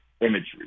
imagery